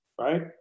right